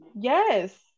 Yes